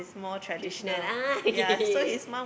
traditional ah okay okay okay